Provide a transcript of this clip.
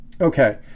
okay